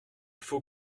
faut